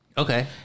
Okay